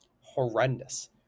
horrendous